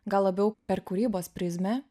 gal labiau per kūrybos prizmę